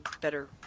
better